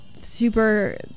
super